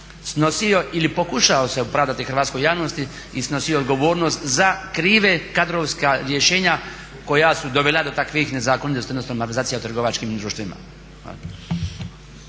snosio ili pokušao se opravdati hrvatskoj javnosti i snosio odgovornost za kriva kadrovska rješenja koja su dovela do takvih nezakonitosti, odnosno malverzacija u trgovačkim društvima.